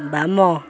ବାମ